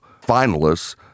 finalists